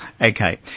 Okay